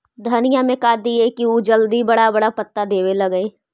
धनिया में का दियै कि उ जल्दी बड़ा बड़ा पता देवे लगै?